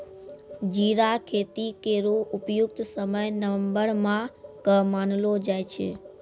जीरा खेती केरो उपयुक्त समय नवम्बर माह क मानलो जाय छै